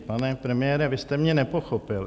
Pane premiére, vy jste mě nepochopil.